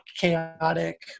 chaotic